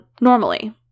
normally